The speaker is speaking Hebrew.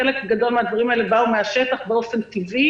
חלק גדול מן הדברים האלה בא מן השטח באופן טבעי